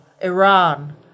Iran